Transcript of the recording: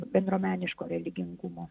bendruomeniško religingumo